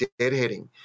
deadheading